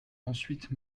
ensuite